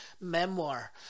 memoir